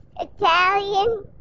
Italian